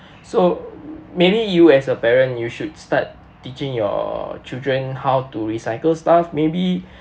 so maybe you as a parent you should start teaching your children how to recycle stuff maybe